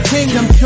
Kingdom